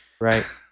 Right